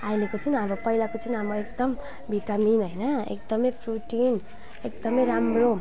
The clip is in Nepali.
अहिलेको चाहिँ अब पहिलाको चाहिँ अब एकदम भिटामिन होइन एकदमै प्रोटिन एकदमै राम्रो